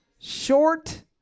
short